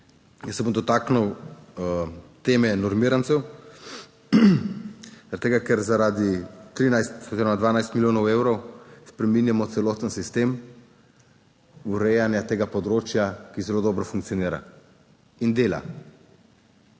Jaz se bom dotaknil teme normirancev, zaradi tega, ker zaradi 13 oziroma 12 milijonov evrov spreminjamo celoten sistem, urejanja tega področja, ki zelo dobro funkcionira in dela,